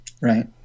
Right